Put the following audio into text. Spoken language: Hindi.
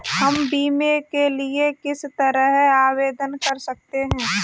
हम बीमे के लिए किस तरह आवेदन कर सकते हैं?